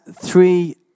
three